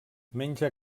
menja